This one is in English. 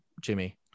Jimmy